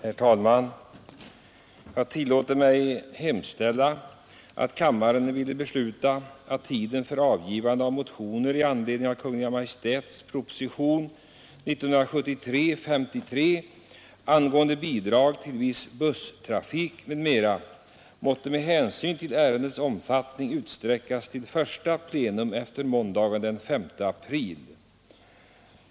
Herr talman! Jag tillåter mig hemställa att kammaren ville besluta att tiden för avgivande av motioner i anledning av Kungl. Maj:ts proposition 53 angående bidrag till viss busstrafik, m.m. måtte med hänsyn till ärendets omfattning utsträckas till första plenum efter torsdagen den 5 april.